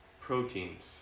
proteins